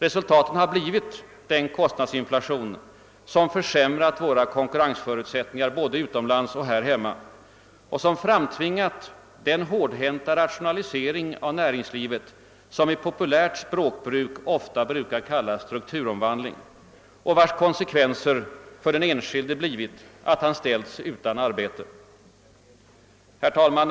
Resultatet har blivit den kostnadsinflation som försämrat våra konkurrensförutsättningar både utomlands och här hemma och framtvingat den hårdhänta rationalisering av näringslivet, som i populärt språkbruk brukar kallas strukturomvandling och vars konsekvenser för den enskilde blivit att han ställts utan arbete. Herr talman!